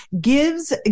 gives